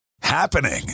happening